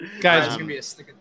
Guys